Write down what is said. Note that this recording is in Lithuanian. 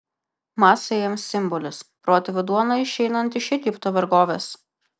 macai jiems simbolis protėvių duona išeinant iš egipto vergovės